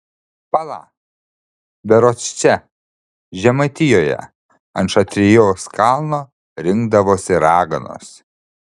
pala berods čia žemaitijoje ant šatrijos kalno rinkdavosi raganos